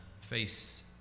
face